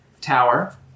tower